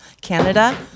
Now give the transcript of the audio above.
Canada